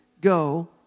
go